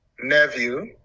nephew